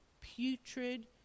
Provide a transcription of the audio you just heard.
putrid